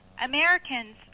Americans